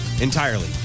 entirely